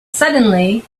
suddenly